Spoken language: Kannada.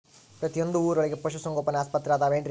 ಪ್ರತಿಯೊಂದು ಊರೊಳಗೆ ಪಶುಸಂಗೋಪನೆ ಆಸ್ಪತ್ರೆ ಅದವೇನ್ರಿ?